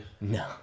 No